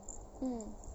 mm